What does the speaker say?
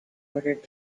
order